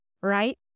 right